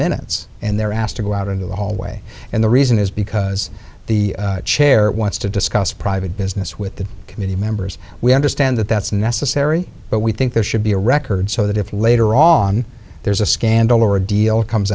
minutes and they're asked to go out into the hallway and the reason is because the chair wants to discuss private business with the committee members we understand that that's necessary but we think there should be a record so that if later on there's a scandal or a deal comes